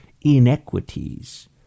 Inequities